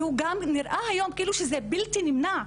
וגם נראה היום כאילו שזה בלתי נמנע.